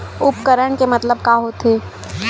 उपकरण के मतलब का होथे?